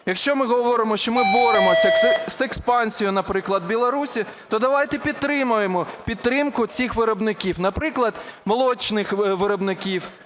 Якщо ми говоримо, що ми боремося з експансією, наприклад, в Білорусі, то давайте підтримаємо підтримку цих виробників, наприклад, молочних виробників